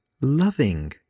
loving